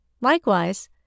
Likewise